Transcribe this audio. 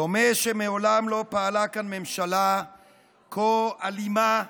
דומה שמעולם לא פעלה כאן ממשלה כה אלימה,